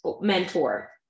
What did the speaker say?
mentor